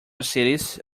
cities